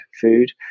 food